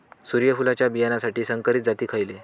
सूर्यफुलाच्या बियानासाठी संकरित जाती खयले?